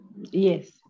Yes